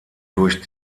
durch